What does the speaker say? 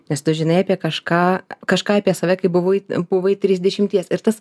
nes tu žinai apie kažką kažką apie save kai buvai buvai trisdešimties ir tas